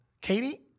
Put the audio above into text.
Katie